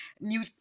New